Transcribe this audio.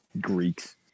Greeks